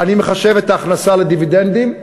אני מחשב את ההכנסה לדיבידנדים,